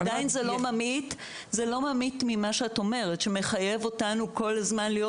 עדיין זה לא ממעיט ממה שאת אומרת שמחייב אותנו כל הזמן להיות